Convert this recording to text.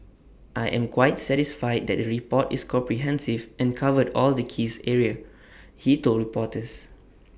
I am quite satisfied that the report is comprehensive and covered all the keys areas he told reporters